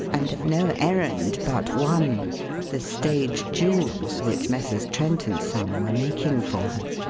and of no errand but one the stage jewels which messrs. trent and son were making for her.